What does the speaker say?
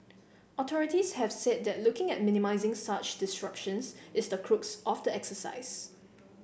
authorities have said that looking at minimising such disruptions is the crux of the exercise